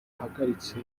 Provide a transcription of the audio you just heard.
ahagaritse